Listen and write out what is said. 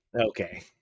okay